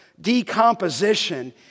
decomposition